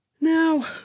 now